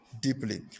deeply